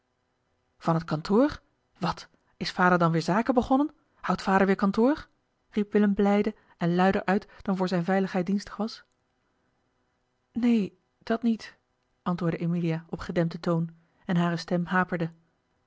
van het kantoor wat is vader dan weer zaken begonnen houdt vader weer kantoor riep willem blijde en luider uit dan voor zijne veiligheid dienstig was neen dat niet antwoordde emilia op gedempten toon en hare stem haperde